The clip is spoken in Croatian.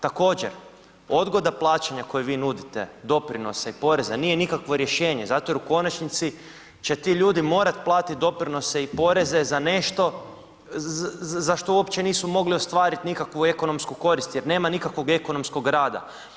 Također, odgoda plaćanja koje vi nudite doprinosa i poreza nije nikakvo rješenje zato jer u konačnici će ti ljudi morati platiti doprinose i poreze za nešto za što uopće nisu mogli ostvariti nikakvu ekonomsku korist, jer nema nikakvog ekonomskom rada.